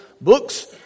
books